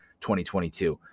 2022